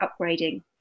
upgrading